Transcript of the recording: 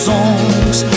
Songs